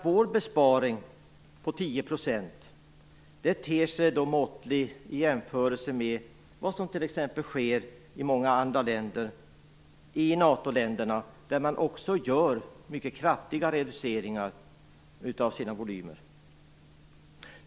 Vår besparing på 10 % ter sig måttlig i jämförelse med vad som sker i många andra länder, t.ex. i NATO länderna där man genomför kraftiga reduceringar av sina volymer.